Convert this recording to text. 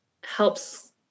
helps